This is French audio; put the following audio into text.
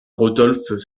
rodolphe